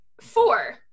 Four